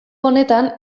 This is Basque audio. honetan